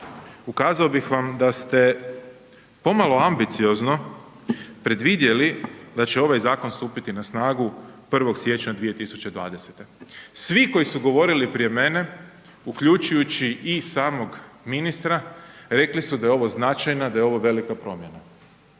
ukazao bih vam da ste pomalo ambiciozno predvidjeli da će ovaj zakon stupiti na snagu 1. siječnja 2020. Svi koji su govorili prije mene uključujući i samog ministra rekli su da je ovo značajna, da je ovo velika promjena.